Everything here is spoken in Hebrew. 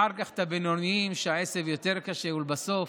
אחר כך הבינוניים, כשהעשב יותר קשה, ולבסוף